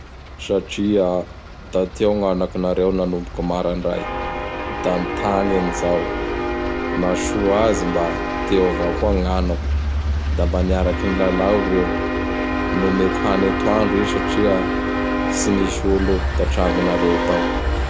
Satria da teo gn'anakinareo nanomboky marandray. Da nitagny an'izao. Nahasoa azy mba teo avao koa gn'anako da mba niaraky nilalao reo. Nomeko hany ataondro i satria tsy misy olo tatragnonareo tao.